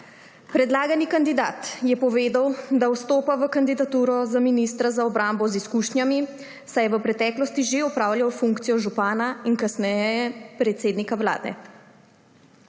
Predlagani kandidat je povedal, da vstopa v kandidaturo za ministra za obrambo z izkušnjami, saj je v preteklosti že opravljal funkcijo župana in kasneje predsednika Vlade.